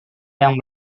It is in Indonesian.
yang